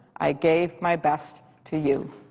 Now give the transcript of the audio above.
i gave my best to you.